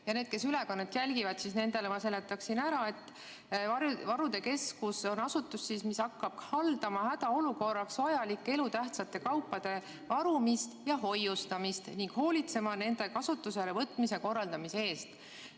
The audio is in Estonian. Nendele, kes ülekannet jälgivad, ma seletan ära, et varude keskus on asutus, mis hakkab haldama hädaolukorraks vajalike elutähtsate kaupade varumist ja hoiustamist ning hoolitsema nende kasutusele võtmise korraldamise eest.